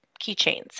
keychains